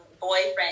boyfriend